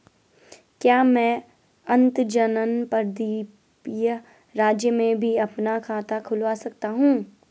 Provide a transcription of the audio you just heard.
क्या मैं अंतर्जनपदीय राज्य में भी अपना खाता खुलवा सकता हूँ?